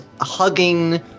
hugging